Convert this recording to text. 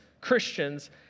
Christians